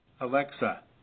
Alexa